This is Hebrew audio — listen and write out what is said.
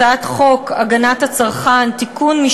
הצעת חוק הגנת הצרכן (תיקון,